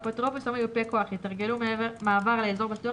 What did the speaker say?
(א) אפוטרופוס או מיופה כוח יתרגלו מעבר לאזור בטוח